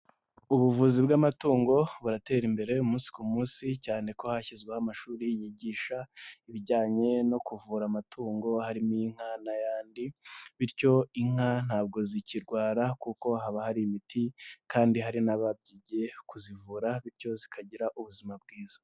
Ubuvuzi bw'amatungo buratera imbere umunsi ku munsi cyane ko hashyizweho amashuri yigisha ibijyanye no kuvura amatungo, harimo inka n'ayandi, bityo inka ntabwo zikirwara kuko haba hari imiti kandi hari n'abagiye kuzivura bityo zikagira ubuzima bwiza.